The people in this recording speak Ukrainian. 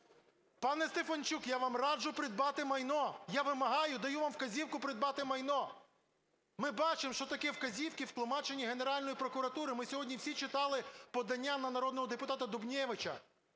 Пане Стефанчук, я вам раджу придбати майно. Я вимагаю, даю вам вказівку придбати майно. Ми бачимо, що таке вказівки в тлумаченні Генеральної прокуратури. Ми сьогодні всі читали подання на народного депутата Дубневича